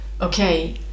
okay